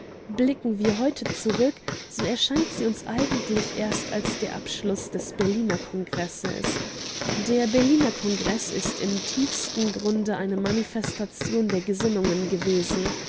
blicken wir heute zurück so erscheint sie uns eigentlich erst als der abschluß des berliner kongresses der berliner kongreß ist im tiefsten grunde eine manifestation der gesinnungen gewesen